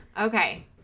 Okay